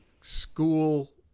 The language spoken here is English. school